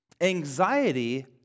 Anxiety